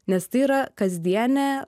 nes tai yra kasdienė